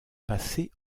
passé